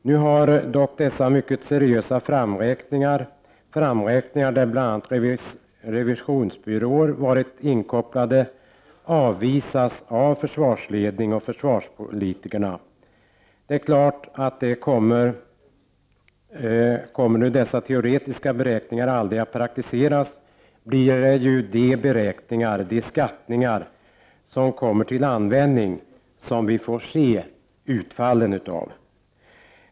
Nu har dock dessa mycket seriösa framräkningar — där bl.a. revisionsbyrårer varit inkopplade — avvisats av försvarsledning och försvarspolitiker. Om dessa teoretiska beräkningar aldrig kommer att praktiseras är det klart att det blir de beräkningar — skattningar — som kommer till användning som vi får se utfallen av.